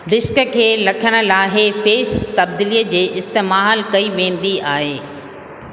disk खे लखण लाइ फेस तबदीलीअ जे इस्तेमालु कई वेंदी आहे